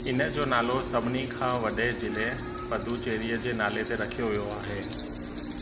इन जो नालो सभिनी खां वॾे जिले पदुचेरीअ जे नाले ते रखियो वियो आहे